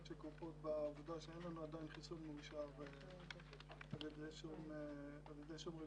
שכרוכות בעובדה שאין לנו עדיין חיסון מאושר על ידי שום רגולטור.